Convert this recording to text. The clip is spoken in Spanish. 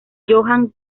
johann